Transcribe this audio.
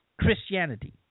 Christianity